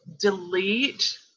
delete